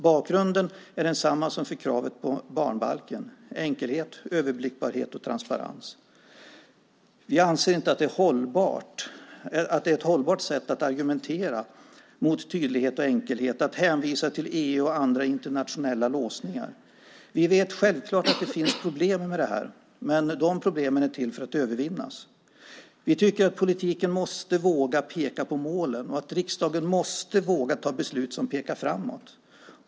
Bakgrunden är densamma som för kravet på barnbalken: enkelhet, överblickbarhet och transparens. Vi anser inte att det är ett hållbart sätt att argumentera mot tydlighet och enkelhet att hänvisa till EU och andra internationella låsningar. Vi vet självklart att det finns problem med det här, men de problemen är till för att övervinnas. Vi tycker att politiken måste våga peka på målen och att riksdagen måste våga fatta beslut som pekar framåt.